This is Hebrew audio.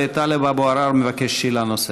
וטלב אבו עראר מבקש שאלה נוספת.